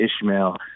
Ishmael